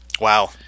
Wow